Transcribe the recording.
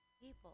people